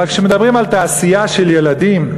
אבל כשמדברים על תעשייה של ילדים,